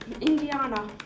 Indiana